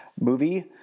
movie